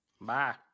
Bye